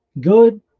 Good